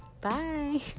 Bye